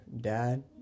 dad